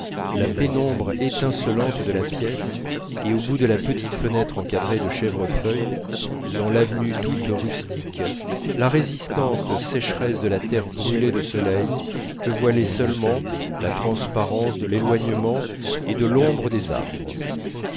la pénombre étincelante de la pièce et au bout de la petite fenêtre encadrée de chèvrefeuilles dans l'avenue toute rustique la résistante sécheresse de la terre brûlée de soleil que voilait seulement la transparence de l'éloignement et de l'ombre des arbres